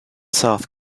south